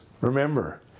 Remember